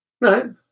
No